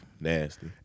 nasty